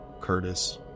Curtis